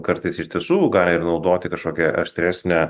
kartais iš tiesų gali ir naudoti kažkokią aštresnę